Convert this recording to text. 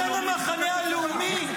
אתם המחנה הלאומי?